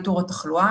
ניטור התחלואה.